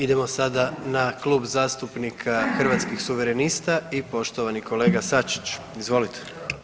Idemo sada na Klub zastupnika Hrvatskih suverenista i poštovani kolega Sačić, izvolite.